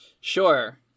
Sure